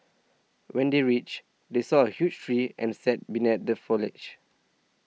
when they reached they saw a huge tree and sat beneath the foliage